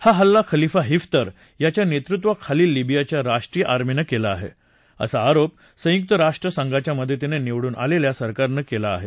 हा हल्ला Khalifa Haftar याच्या नेतृत्वाखालील लिबियाच्या राष्ट्रीय आर्मीनं केला आहे असा आरोप संयुक राष्ट्र संघाच्या मदतीनं निवडून आलेल्या सरकारनं केला आहे